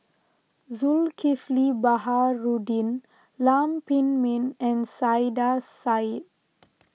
Zulkifli Baharudin Lam Pin Min and Saiedah Said